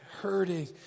hurting